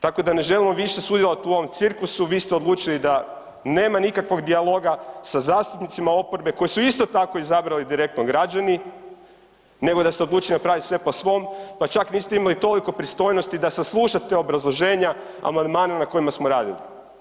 Tako da ne želimo više sudjelovat u ovom cirkusu, vi ste odlučili da nema nikakvog dijaloga sa zastupnicima oporbe koje su isto tako izabrali direktno građani nego da ste odlučili napravit sve po svom, pa čak niste imali toliko pristojnosti da saslušate obrazloženja amandmana na kojima smo radili.